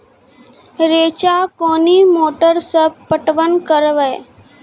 रेचा कोनी मोटर सऽ पटवन करव?